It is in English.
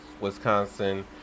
Wisconsin